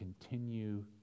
continue